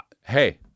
Hey